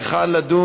לא לא,